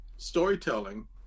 storytelling